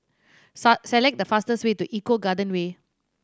select the fastest way to Eco Garden Way